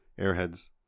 Airheads